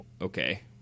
Okay